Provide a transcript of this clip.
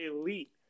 elite